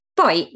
poi